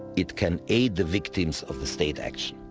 it can aid the victims of the state action.